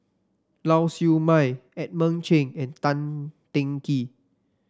Lau Siew Mei Edmund Cheng and Tan Teng Kee